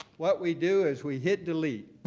what we do is we hit delete.